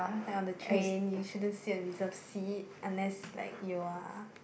like on the train you shouldn't sit on the reserve seat unless like you are